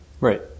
right